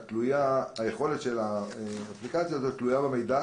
היכולת של האפליקציה הזאת תלויה במידע